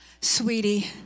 sweetie